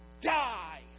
die